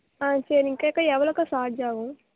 ஆ சரிங்கா அக்கா எவ்வளோக்கா சார்ஜ் ஆகும்